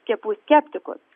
skiepų skeptikus